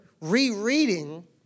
rereading